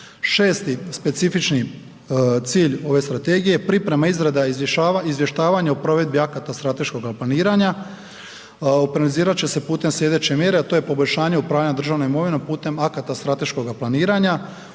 6. specifični cilj ove strategije je priprema, izrada i izvještavanje o provedbi akata strateškog planiranja .../Govornik se ne razumije./... će se putem sljedeće mjere a to je poboljšanje upravljanja državnom imovinom putem akata strateškoga planiranja.